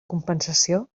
compensació